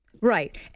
right